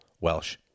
Welsh